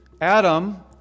Adam